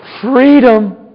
freedom